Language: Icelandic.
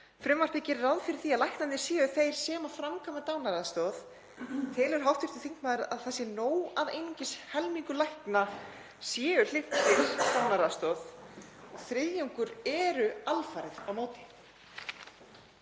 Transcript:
frumvarpið gerir ráð fyrir því að læknarnir séu þeir sem framkvæma dánaraðstoð, telur hv. þingmaður að það sé nóg að einungis helmingur lækna sé hlynntur dánaraðstoð? Þriðjungur er alfarið á móti.